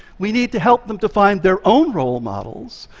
we need to help them to find their own role models,